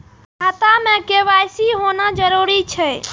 खाता में के.वाई.सी होना जरूरी छै?